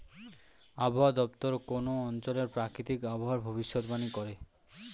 আবহাওয়া দপ্তর কোন অঞ্চলের প্রাকৃতিক আবহাওয়ার ভবিষ্যতবাণী করে